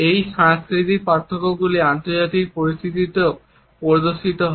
এই সাংস্কৃতিক পার্থক্যগুলি আন্তর্জাতিক পরিস্থিতিতেও প্রদর্শিত হয়